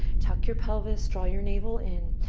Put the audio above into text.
tuck your pelvis. draw your navel in.